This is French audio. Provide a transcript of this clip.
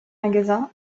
magasins